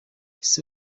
ese